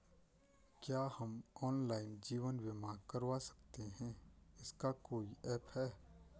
क्या हम ऑनलाइन जीवन बीमा करवा सकते हैं इसका कोई ऐप है?